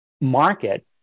market